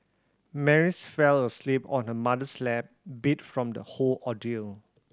Mary's fell asleep on her mother's lap beat from the whole ordeal